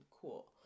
cool